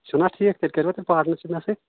چھُنہ ٹھیٖک تیٚلہِ کٔرۍ وا تُہۍ پاٹنَرشِپ مےٚ سۭتۍ